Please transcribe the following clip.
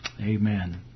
Amen